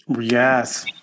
Yes